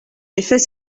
effet